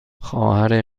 خواهر